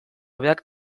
hobeak